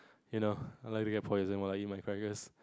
you know I like to get poison while I eat my crackers